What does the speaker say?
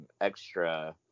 extra –